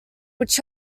which